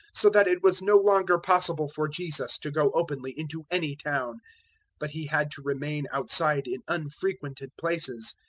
so that it was no longer possible for jesus to go openly into any town but he had to remain outside in unfrequented places,